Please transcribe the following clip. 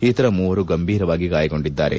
ಇತರ ಮೂವರು ಗಂಭೀರವಾಗಿ ಗಾಯಗೊಂಡಿದ್ದಾರೆ